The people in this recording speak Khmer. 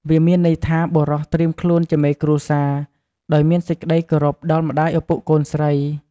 វាមានន័យថាបុរសត្រៀមខ្លួនជាមេគ្រួសារ ដោយមានសេចក្ដីគោរពដល់ម្ដាយឪពុកកូនស្រី។